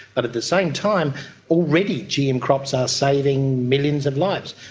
but at the same time already gm crops are saving millions of lives.